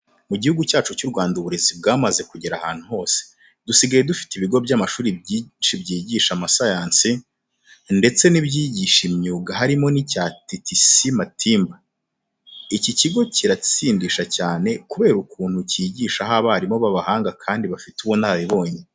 Mu Gihugu cyacu cy'u Rwanda uburezi bwamaze kugera ahantu hose. Dusigaye dufite ibigo by'amashuri byinshi byigisha amasayansi ndetse n'ibyigisha imyuga harimo n'icyitwa TTC MATIMBA. Iki kigo kiratsindisha cyane kubera ukuntu cyigishaho abarimu b'abahanga kandi bafite ubunararibonye.